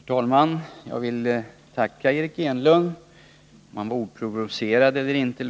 Herr talman! Jag vill tacka Eric Enlund för att han gav den här informationen.